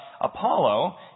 Apollo